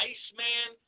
Iceman